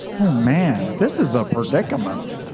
oh, man, this is a predicament.